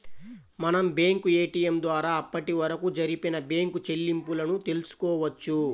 మనం bank ATM ద్వారా అప్పటివరకు జరిపిన బ్యేంకు చెల్లింపులను తెల్సుకోవచ్చు